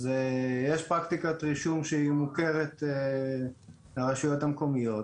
אז יש פרקטיקת רישום שהיא מוכרת לרשויות המקומיות